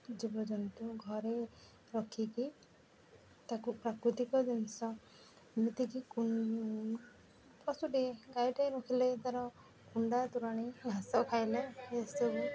ଜୀବଜନ୍ତୁ ଘରେ ରଖିକି ତାକୁ ପ୍ରାକୃତିକ ଜିନିଷ ଏମିତିକି ପଶୁଟି ଗାଈଟାଏ ରଖିଲେ ତାର କୁଣ୍ଡା ତୋରାଣୀ ଘାସ ଖାଇଲେ ଏସବୁ